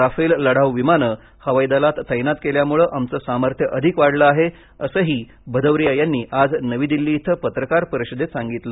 Rafale लढाऊ विमानं हवाई दलात तैनात केल्यामुळे आमचं सामर्थ्य अधिक वाढलं आहे असंही भदौरिया यांनी आज नवी दिल्ली इथं पत्रकार परिषदेत सांगितलं